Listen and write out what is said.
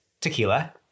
tequila